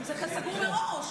זה, סגור מראש.